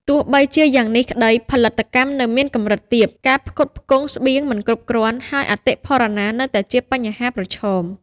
ទោះបីជាយ៉ាងនេះក្ដី ផលិតកម្មនៅមានកម្រិតទាប ការផ្គត់ផ្គង់ស្បៀងមិនគ្រប់គ្រាន់ ហើយអតិផរណានៅតែជាបញ្ហាប្រឈម ។